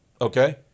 Okay